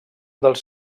dels